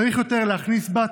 צריך להכניס בה תיקונים,